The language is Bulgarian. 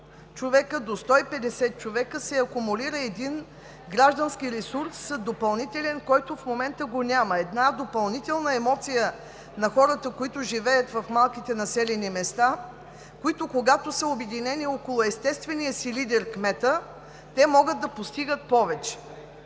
до 100 – 150 човека, се акумулира един допълнителен граждански ресурс, който в момента го няма. Една допълнителна емоция на хората, които живеят в малките населени места, когато са обединени около естествения си лидер – кмета, могат да постигат повече.